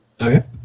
Okay